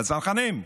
בצנחנים,